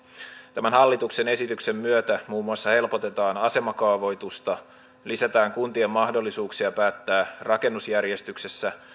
tämän hallituksen esityksen myötä muun muassa helpotetaan asemakaavoitusta lisätään kuntien mahdollisuuksia päättää rakennusjärjestyksessä